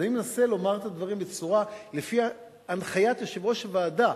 אז אני מנסה, לפי הנחיית יושב-ראש הוועדה,